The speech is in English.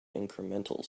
incremental